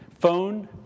phone